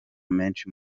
menshi